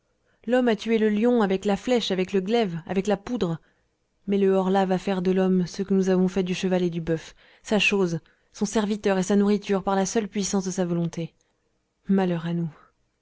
l'homme a tué le lion avec la flèche avec le glaive avec la poudre mais le horla va faire de l'homme ce que nous avons fait du cheval et du boeuf sa chose son serviteur et sa nourriture par la seule puissance de sa volonté malheur à nous